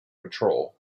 patrol